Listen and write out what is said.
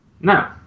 no